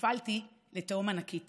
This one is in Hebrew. נפלתי לתהום ענקית